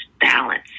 balance